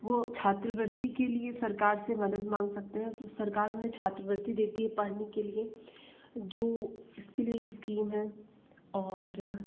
वो छात्रवृत्ति के लिए सरकार से मदद मांग सकते हैं फिर सरकार उन्हें छात्रवृत्ति देती है पढ़ने के लिए जो इसके लिए इस्कीम है और